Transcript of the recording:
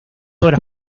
obras